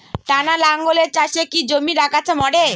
টানা লাঙ্গলের চাষে কি জমির আগাছা মরে?